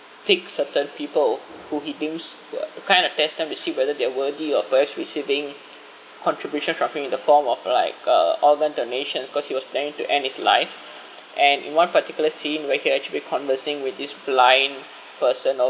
pick certain people who he deems uh to kind of test them to see whether they are worthy of price receiving contribution from him in the form of like uh organ donations because he was planning to end his life and in one particular scene where he actually conversing with this blind person of